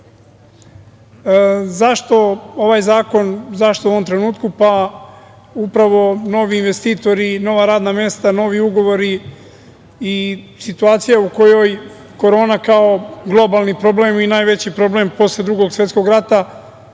ovaj zakon, zašto u ovom trenutku? Pa, upravo novi investitori, nova radna mesta, novi ugovori i situacija u kojoj korona kao globalni problem i najveći problem posle Drugog svetskog rata